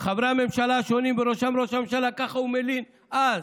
חברי הממשלה השונים ובראשם ראש הממשלה" ככה הוא מלין אז,